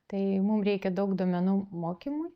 tai mum reikia daug duomenų mokymui